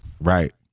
Right